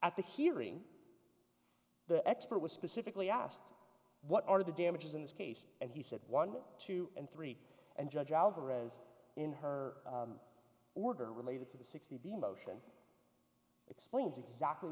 at the hearing the expert was specifically asked what are the damages in this case and he said one two and three and judge alvarez in her order related to the sixty the motion explains exactly